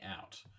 out